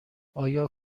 آیا